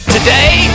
Today